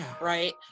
right